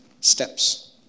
steps